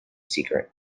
secret